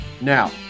Now